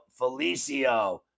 Felicio